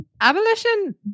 abolition